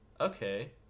okay